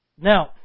Now